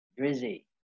Drizzy